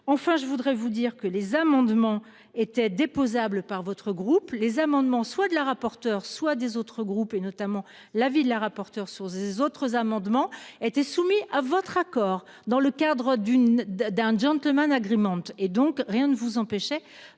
enfin je voudrais vous dire que les amendements étaient déposés par votre groupe les amendements, soit de la rapporteure, soit des autres groupes et notamment l'avis de la rapporteure sur les autres amendements étaient soumis à votre accord dans le cadre d'une d'un gentleman agrément et donc rien ne vous empêchait